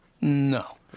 No